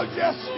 yes